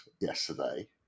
yesterday